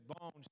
bones